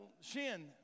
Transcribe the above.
shin